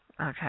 Okay